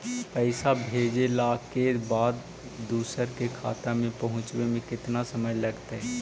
पैसा भेजला के बाद दुसर के खाता में पहुँचे में केतना समय लगतइ?